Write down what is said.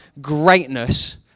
greatness